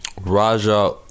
raja